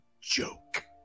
joke